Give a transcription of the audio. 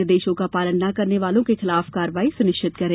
निर्देशों का पालन न करने वालों के खिलाफ कार्यवाही सुनिश्चित करें